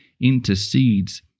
intercedes